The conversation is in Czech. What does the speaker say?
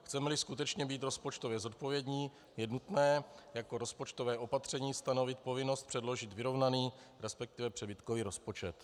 Chcemeli skutečně být rozpočtově zodpovědní, je nutné jako rozpočtové opatření stanovit povinnost předložit vyrovnaný, resp. přebytkový rozpočet.